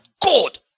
God